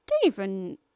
Stephen